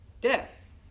Death